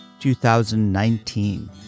2019